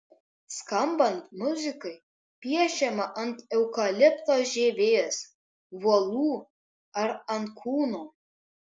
skambant muzikai piešiama ant eukalipto žievės uolų ar ant kūno